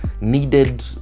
needed